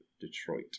Detroit